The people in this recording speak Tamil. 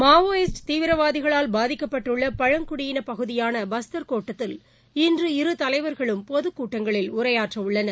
மாவோயிஸ்ட் தீவிரவாதிகளால் பாதிக்கப்பட்டுள்ளபழங்குடியினபகுதியான பஸ்தர் கோட்டத்தில் இன்று இரு தலைவர்களும் பொதுக்கூட்டங்களில் உரையாற்றவுள்ளனர்